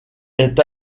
est